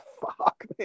fuck